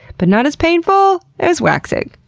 but not as painful as waxing.